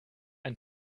ein